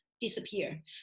disappear